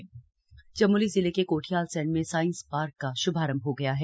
science park Chamoli जिले के कोठियालसैंण में साइंस पार्क का शुभारंभ हो गया है